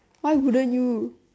why wouldn't you